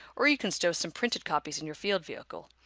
or you can stow some printed copies in your field vehicle.